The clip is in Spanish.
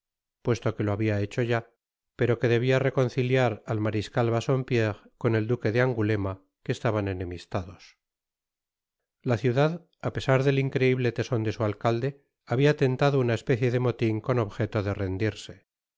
puesto que lo habia hecho ya pero que debia reconciliar al mariscal bassompierre con el duque de angulema que estaban enemistados la ciudad apesar del increible teson de su alcalde habia tentado una especie de motin con objeto de rendirse